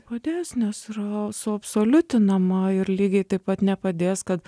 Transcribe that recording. nepadės nes yra suabsoliutinama ir lygiai taip pat nepadės kad